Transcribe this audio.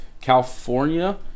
California